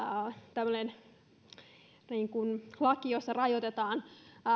tällainen lakihan jossa rajoitetaan